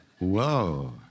Whoa